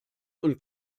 und